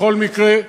בכל מקרה,